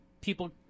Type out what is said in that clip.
people